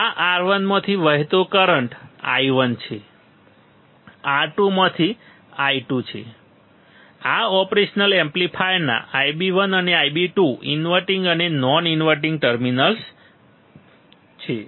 આ R1 માંથી વહેતો કરંટ i1 છે R2 માંથી i2 છે આ ઓપરેશન એમ્પ્લીફાયરના Ib1 અને Ib2 ઇન્વર્ટીંગ અને નોન ઇન્વર્ટીંગ ટર્મિનલ્સ છે